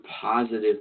positive